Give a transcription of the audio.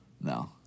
No